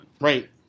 Right